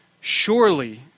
Surely